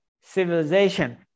civilization